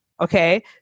okay